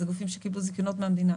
אלה גופים שקיבלו זיכיונות מהמדינה.